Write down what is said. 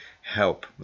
help